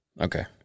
Okay